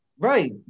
Right